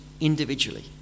individually